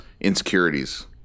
insecurities